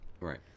right